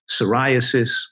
psoriasis